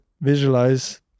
visualize